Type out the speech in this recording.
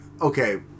okay